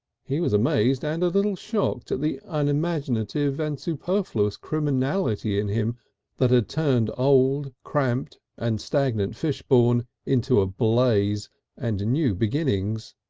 he was amazed and a little shocked at the unimaginative and superfluous criminality in him that had ah turned old cramped and stagnant fishbourne into a blaze and new beginnings.